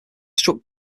struck